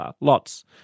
lots